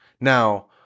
Now